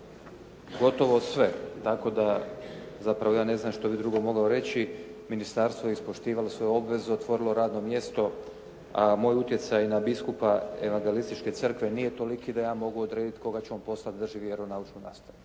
gotovo sve, tako da zapravo ja ne znam što bih drugo mogao reći. Ministarstvo je ispoštivalo svoju obvezu, otvorilo radno mjesto, a moj utjecaj na biskupa Evangelističke crkve nije toliki da ja mogu odrediti koga će on poslati da drži vjeronaučnu nastavu.